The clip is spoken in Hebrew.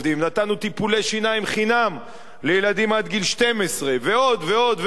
נתנו טיפולי שיניים חינם לילדים עד גיל 12 ועוד ועוד ועוד.